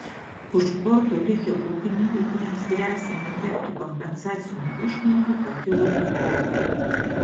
už borto likę ūkininkai kuriems gresia netekti kompensacinių išmokų pakilo į kovą